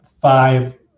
five